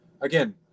again